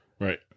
Right